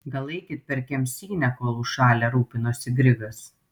gal eikit per kemsynę kol užšalę rūpinosi grigas